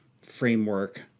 framework